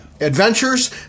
adventures